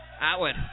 Atwood